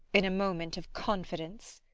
in a moment of confidence.